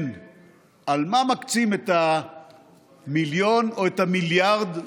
למה מקצים את המיליון או את המיליארד,